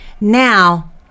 Now